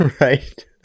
Right